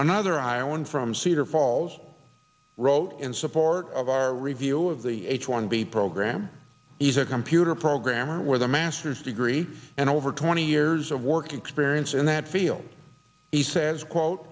another iowan from cedar falls wrote in support of our review of the h one b program he's a computer programmer with a master's degree and over twenty years of work experience in that field he says quote